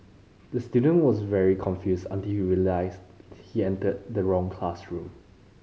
the student was very confused until he realised he entered the wrong classroom